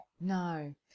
no